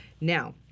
Now